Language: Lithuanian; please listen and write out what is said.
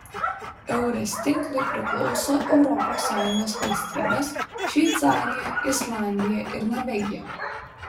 eures tinklui priklauso europos sąjungos valstybės šveicarija islandija ir norvegija